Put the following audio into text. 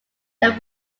there